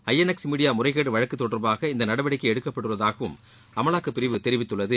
ஐ N X media முறைகேடு வழக்கு தொடர்பாக இந்த நடவடிக்கை எடுக்கப்பட்டுள்ளதாகவும் அமலாக்கப் பிரிவு தெரிவித்துள்ளது